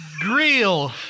grill